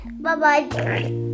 Bye-bye